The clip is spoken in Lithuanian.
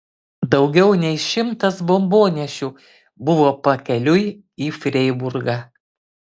daugiau nei šimtas bombonešių buvo pakeliui į freiburgą